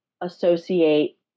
associate